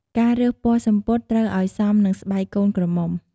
ការរើសពណ៌សំពត់ត្រូវឲ្យសមនឹងស្បែកកូនក្រមុំ។